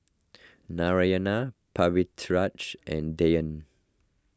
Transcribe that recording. Narayana Pritiviraj and Dhyan